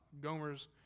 Gomer's